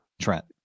Trent